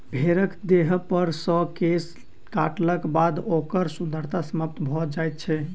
भेंड़क देहपर सॅ केश काटलाक बाद ओकर सुन्दरता समाप्त भ जाइत छै